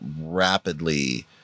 rapidly